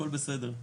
הכול בסדר,